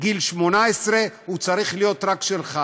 גיל 18 הוא צריך להיות רק שלך.